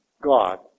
God